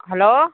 hello